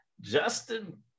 Justin